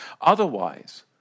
Otherwise